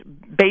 based